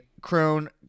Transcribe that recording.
Crone